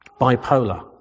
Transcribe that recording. bipolar